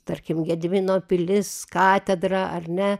tarkim gedimino pilis katedra ar ne